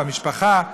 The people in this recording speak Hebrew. במשפחה.